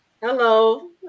Hello